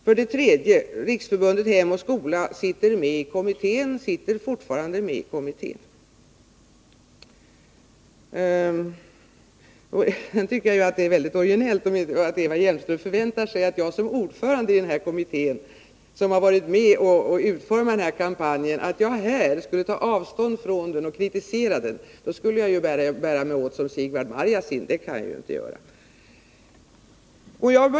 För det tredje vill jag nämna att Riksförbundet Hem och skola fortfarande är med i kommittén. Jag tycker att det är mycket originellt att Eva Hjelmström förväntar sig att jag som är ordförande i denna kommitté och som har varit med om att utforma denna kampanj skulle ta avstånd från den och kritisera den. Då skulle jag bära mig åt som Sigvard Marjasin, och det kan jag ju inte göra.